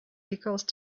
because